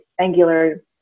Angular